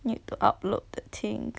need to upload the thing